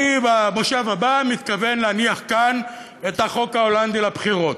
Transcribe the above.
אני במושב הבא מתכוון להניח כאן את החוק ההולנדי לבחירות,